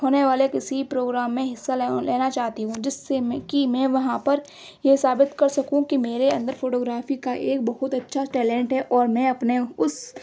ہونے والے کسی پروگرام میں حصہ لینا چاہتی ہوں جس سے میں کہ میں وہاں پر یہ ثابت کر سکوں کہ میرے اندر فوٹو گرافی کا ایک بہت اچھا ٹیلنٹ ہے اور میں اپنے اس